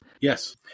Yes